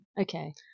Okay